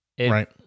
Right